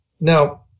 now